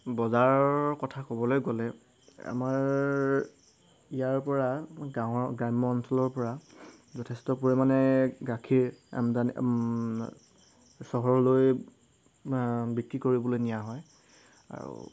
বজাৰৰ কথা ক'বলৈ গ'লে আমাৰ ইয়াৰপৰা গাঁৱৰ গ্ৰাম্য অঞ্চলৰপৰা যথেষ্ট পৰিমাণে গাখীৰ আমদানি চহৰলৈ বিক্ৰী কৰিবলৈ নিয়া হয় আৰু